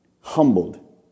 Humbled